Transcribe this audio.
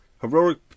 Heroic